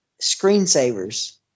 screensavers